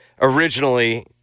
Originally